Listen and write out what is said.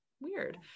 weird